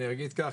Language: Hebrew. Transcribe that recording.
אני אגיד כך,